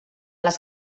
les